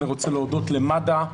אני רוצה להודות למד"א,